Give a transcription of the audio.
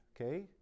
Okay